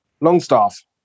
Longstaff